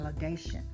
validation